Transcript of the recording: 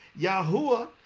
Yahuwah